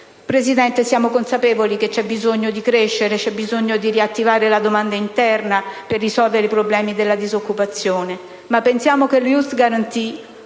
Consiglio, siamo consapevoli che c'è bisogno di crescere e di riattivare la domanda interna per risolvere i problemi della disoccupazione.